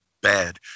bad